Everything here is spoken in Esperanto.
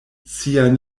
sian